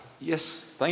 yes